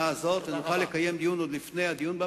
קריאה שנייה ושלישית בוועדת הכספים ופה בכנסת,